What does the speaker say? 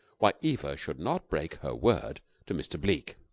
why eva should not break her word to mr. bleke.